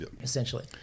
essentially